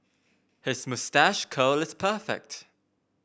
his moustache curl is perfect